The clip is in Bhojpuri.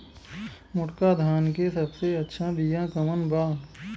मोटका धान के सबसे अच्छा बिया कवन बा?